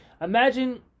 imagine